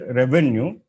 revenue